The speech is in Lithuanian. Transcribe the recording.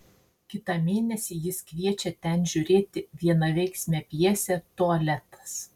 kitą mėnesį jis kviečia ten žiūrėti vienaveiksmę pjesę tualetas